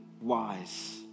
wise